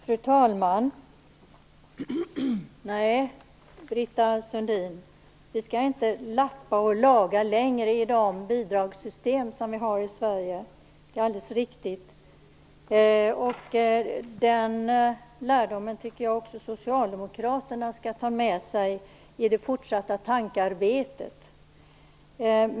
Fru talman! Nej, Britta Sundin, vi skall inte lappa och laga längre i de bidragssystem som vi har i Sverige. Det är alldeles riktigt. Den lärdomen tycker jag att också socialdemokraterna skall ta med sig i det fortsatta tankearbetet.